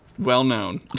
Well-known